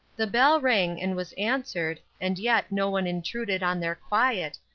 the bell rang and was answered, and yet no one intruded on their quiet,